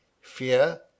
fear